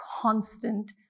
constant